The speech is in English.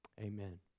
Amen